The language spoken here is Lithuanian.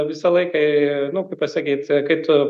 visą laiką nu kaip pasakyt kai tu